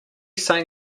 saying